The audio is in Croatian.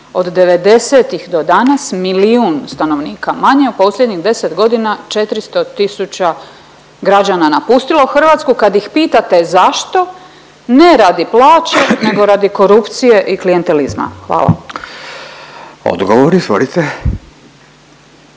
od '90.-tih do danas milijun stanovnika manje u posljednjih deset godina 400 tisuća građana napustilo Hrvatsku. Kad ih pitate zašto, ne radi plaće nego radi korupcije i klijentelizma. Hvala. **Radin, Furio